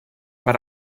per